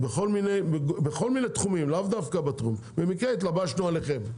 בכל מיני תחומים, במקרה התלבשנו עליכם,